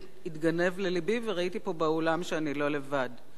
התגנב ללבי חשש, וראיתי פה באולם שאני לא לבד,